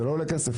זה לא עולה כסף.